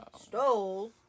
stole